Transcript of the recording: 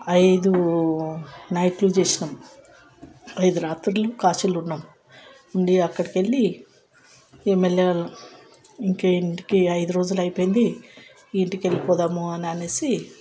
ఐదు నైట్లు చేసినాం ఐదు రాత్రులు కాశీలో ఉన్నాం ఉండి అక్కడికి వెళ్ళి ఎంఎల్ఏ ఇంక ఇంటికి ఐదు రోజులు అయిపోయింది ఇంటికి వెళ్ళిపోదాము అని